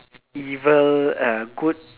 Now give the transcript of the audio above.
evil uh good